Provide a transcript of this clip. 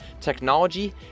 technology